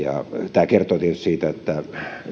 tämä kertoo tietysti siitä että